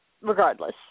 regardless